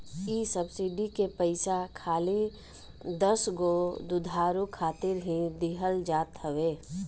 इ सब्सिडी के पईसा खाली दसगो दुधारू खातिर ही दिहल जात हवे